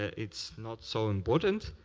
it's not so important.